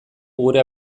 gure